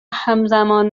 همزمان